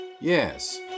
Yes